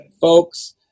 folks